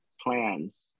plans